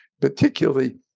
particularly